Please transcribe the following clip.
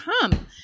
come